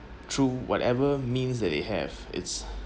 through whatever means that they have it's